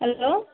hello